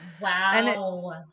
Wow